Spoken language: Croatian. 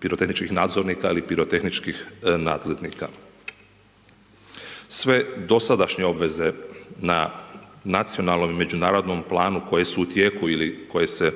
pirotehničkih nadzornika ili pirotehničkih …/Govornik se ne razumije./… Sve dosadašnje obveze na nacionalnom i međunarodnom planu koje su u tijeku ili koje se